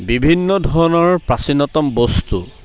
বিভিন্ন ধৰণৰ প্ৰাচীনতম বস্তু